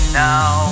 now